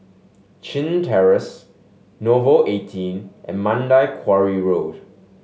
Chin Terrace Nouvel Eighteen and Mandai Quarry Road